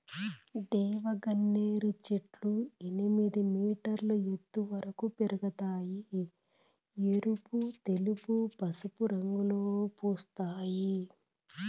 దేవగన్నేరు చెట్లు ఎనిమిది మీటర్ల ఎత్తు వరకు పెరగుతాయి, ఎరుపు, తెలుపు, పసుపు రంగులలో పూస్తాయి